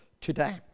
today